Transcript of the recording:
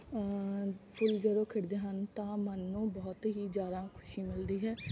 ਫੁੱਲ ਜਦੋਂ ਖਿੜਦੇ ਹਨ ਤਾਂ ਮਨ ਨੂੰ ਬਹੁਤ ਹੀ ਜ਼ਿਆਦਾ ਖੁਸ਼ੀ ਮਿਲਦੀ ਹੈ